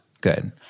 Good